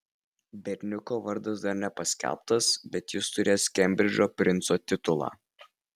berniuko vardas dar nepaskelbtas bet jis turės kembridžo princo titulą